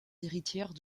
héritières